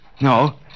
No